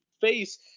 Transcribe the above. face